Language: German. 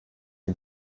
den